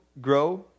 grow